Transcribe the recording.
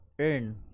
earn